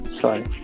sorry